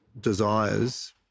desires